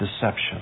deception